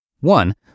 one